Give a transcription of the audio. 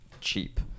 cheap